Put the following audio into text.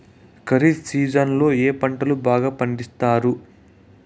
ఖరీఫ్ సీజన్లలో ఏ పంటలు బాగా పండిస్తారు